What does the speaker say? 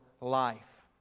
life